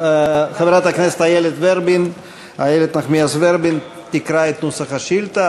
חברת הכנסת איילת נחמיאס ורבין תקרא את נוסח השאילתה,